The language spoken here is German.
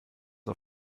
auf